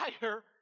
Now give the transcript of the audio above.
fire